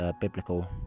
biblical